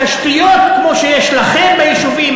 תשתיות כמו שיש לכם ביישובים,